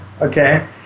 okay